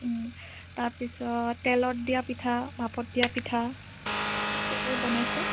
তাৰ পিছত তেলত দিয়া পিঠা ভাপত দিয়া পিঠা এইবোৰ বনাইছে